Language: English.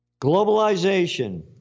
globalization